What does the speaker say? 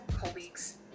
colleagues